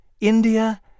India